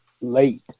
late